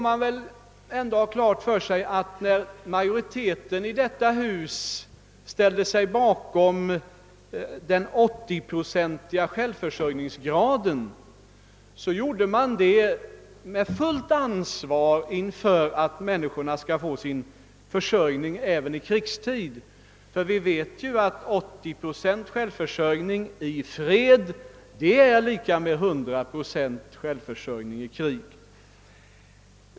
Man bör då hålla i minnet att majoriteten av riksdagens ledamöter ställde sig bakom målsättningen om den 80-procentiga = självförsörjningsgraden och gjorde detta i full förvissning om att vårt land på detta sätt skulle kunna ge människorna försörjning även i krigstid. En 80-procentig självförsörjningsgrad i fred är som bekant lika med en 100-procentig självförsörjning i krig.